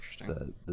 Interesting